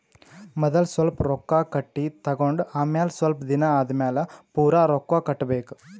ಮದಲ್ ಸ್ವಲ್ಪ್ ರೊಕ್ಕಾ ಕಟ್ಟಿ ತಗೊಂಡ್ ಆಮ್ಯಾಲ ಸ್ವಲ್ಪ್ ದಿನಾ ಆದಮ್ಯಾಲ್ ಪೂರಾ ರೊಕ್ಕಾ ಕಟ್ಟಬೇಕ್